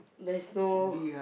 there's no